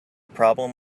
problem